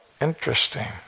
Interesting